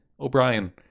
O'Brien